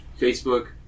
Facebook